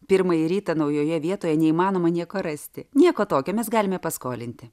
pirmąjį rytą naujoje vietoje neįmanoma nieko rasti nieko tokio mes galime paskolinti